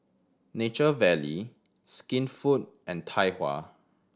Nature Valley Skinfood and Tai Hua